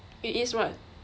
it is [what]